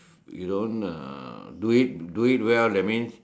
you don't uh do it do it well that means